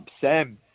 Sam